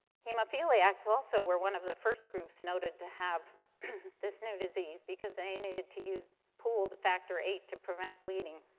hemophiliacs also were one of the first groups noted to have this new disease, because they needed to use pooled factor viii to prevent bleeding.